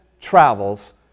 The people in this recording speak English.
travels